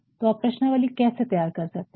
तो आप प्रश्नावली कैसे तैयार कर सकते हैं